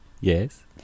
Yes